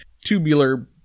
tubular